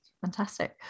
Fantastic